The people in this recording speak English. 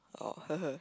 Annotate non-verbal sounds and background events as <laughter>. oh <laughs>